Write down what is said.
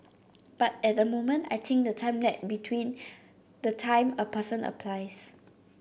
but at the moment I think the time lag between the time a person applies